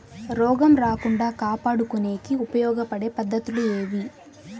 రోగం రాకుండా కాపాడుకునేకి ఉపయోగపడే పద్ధతులు ఏవి?